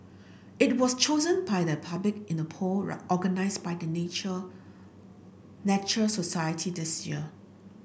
it was chosen by the public in a poll organised by the Nature Society this year